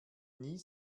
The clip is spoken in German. nie